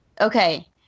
Okay